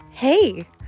Hey